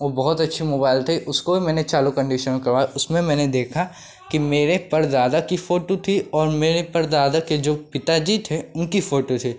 वह बहुत अच्छा मुबाइल था उसको भी मैंने चालू कंडीशन में करवाया उसमें मैंने देखा कि मेरे परदादा की फ़ोटू थी और मेरे परदादा के जो पिता जी थे उनकी फ़ोटो थी